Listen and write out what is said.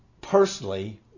personally